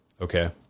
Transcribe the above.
okay